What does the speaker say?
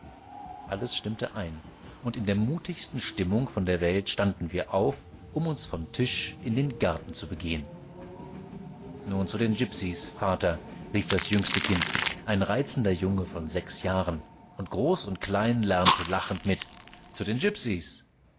alles stimmte ein und in der mutigsten stimmung von der welt standen wir auf um uns von tisch in den garten zu begehen nun zu den gipsies vater rief das jüngste kind ein reizender junge von sechs jahren und groß und klein lärmte lachend mit zu den